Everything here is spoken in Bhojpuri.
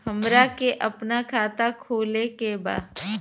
हमरा के अपना खाता खोले के बा?